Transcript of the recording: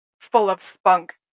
full-of-spunk